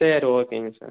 சரி ஓகேங்க சார்